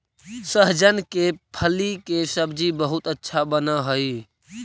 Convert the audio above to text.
सहजन के फली के सब्जी बहुत अच्छा बनऽ हई